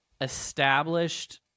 established